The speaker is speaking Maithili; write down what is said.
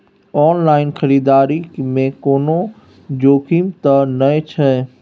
ऑनलाइन खरीददारी में कोनो जोखिम त नय छै?